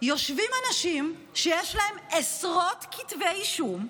יושבים אנשים שיש להם עשרות כתבי אישום,